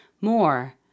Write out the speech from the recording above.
more